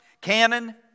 cannon